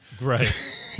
Right